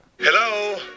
Hello